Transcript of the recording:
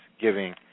giving